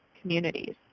communities